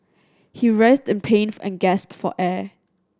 he writhed in pain and gasped for air